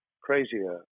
crazier